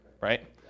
right